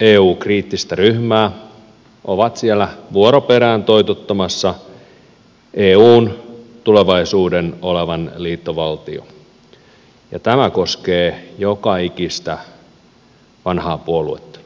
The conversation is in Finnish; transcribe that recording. eu kriittistä ryhmää ovat siellä vuoron perään toitottamassa eun tulevaisuuden olevan liittovaltio ja tämä koskee joka ikistä vanhaa puoluetta